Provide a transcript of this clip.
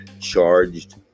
charged